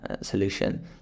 solution